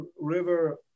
river